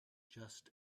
just